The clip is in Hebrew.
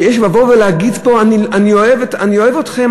לבוא ולהגיד פה: אני אוהב אתכם,